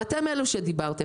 ואתם אלו שדיברתם,